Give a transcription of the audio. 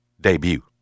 debut